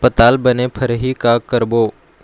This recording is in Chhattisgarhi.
पताल बने फरही का करबो?